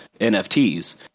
NFTs